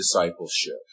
discipleship